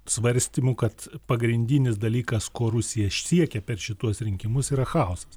svarstymų kad pagrindinis dalykas ko rusija siekia per šituos rinkimus yra chaosas